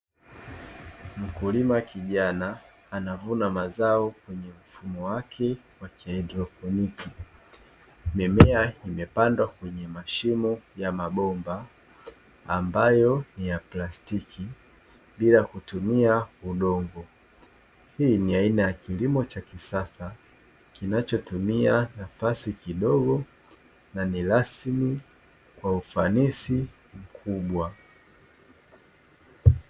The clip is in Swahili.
Mkulima kijana anavuna mazao mimea imepandwa kwenye mashimo ya mabomba hii ni aina ya kilimo cha kisasa yenye ufanisi mkubwa